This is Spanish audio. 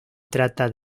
trata